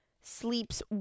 sleeps